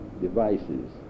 devices